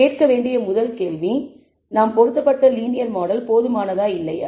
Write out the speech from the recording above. கேட்க வேண்டிய முதல் கேள்வி நாம் பொருத்தப்பட்ட லீனியர் மாடல் போதுமானதா இல்லையா